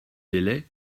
délai